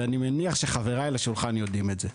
ואני מניח שחבריי לשולחן יודעים את זה,